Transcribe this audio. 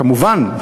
כמובן,